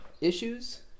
issues